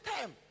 time